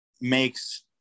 makes –